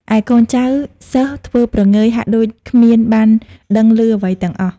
ឯកូនចៅ សិស្សធ្វើព្រងើយហាក់ដូចគ្មានបានដឹងឮអ្វីទាំងអស់។